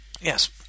yes